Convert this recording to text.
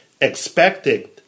expected